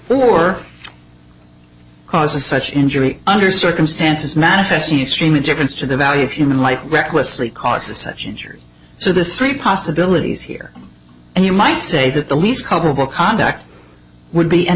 or causes such injury under circumstances manifesting extreme indifference to the value of human life recklessly causes such injury so the three possibilities here and you might say that the least culpable conduct would be an